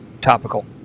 topical